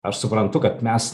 aš suprantu kad mes